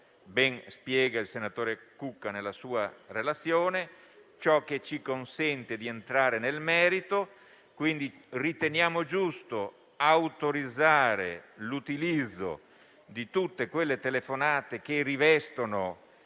ben spiega il senatore Cucca nella sua relazione, ed è ciò che ci consente di entrare nel merito. Riteniamo quindi giusto autorizzare l'utilizzo di tutte quelle telefonate che rivestono